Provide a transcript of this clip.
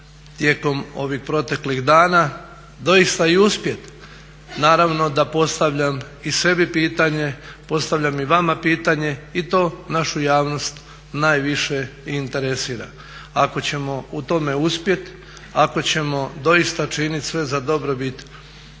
tijekom ovih proteklih dana doista i uspjeti, naravno da postavljam i sebi pitanje, postavljam i vama pitanje i to našu javnost najviše interesira. Ako ćemo u tome uspjet, ako ćemo doista činit sve za dobrobit